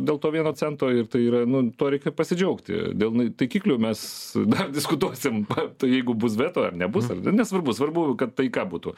dėl to vieno cento ir tai yra nu tuo reikia pasidžiaugti dėl n taikiklių mes dar diskutuosim tai jeigu bus veto ar nebus ar nu nesvarbu svarbu kad taika būtų